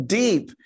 deep